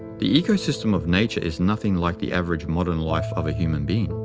the ecosystem of nature is nothing like the average modern life of a human being.